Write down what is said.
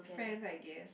friends I guess